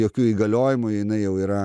jokių įgaliojimų jinai jau yra